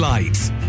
Lights